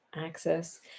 access